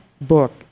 book